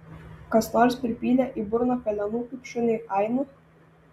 kas nors pripylė į burną pelenų kaip šuniui ainu